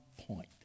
point